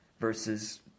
versus